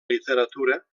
literatura